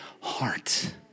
heart